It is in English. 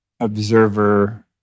observer